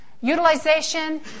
utilization